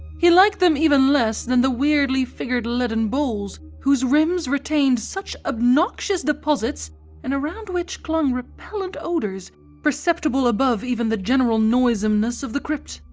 he liked them even less than the weirdly figured leaden bowls whose rims retained such obnoxious deposits and around which clung repellent odours perceptible above even the general noisomeness of the crypt.